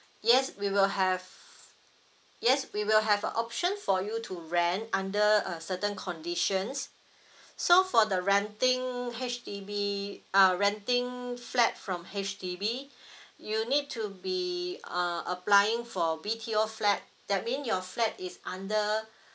yes we will have yes we will have an option for you to rent under a certain conditions so for the renting H_D_B uh renting flat from H_D_B you need to be uh applying for B_T_O flat that mean your flat is under